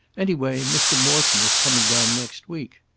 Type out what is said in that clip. any way mr. morton is coming down next week.